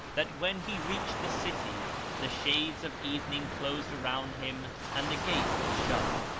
that when he reached the city the shades of evening closed around him and the gates were shut.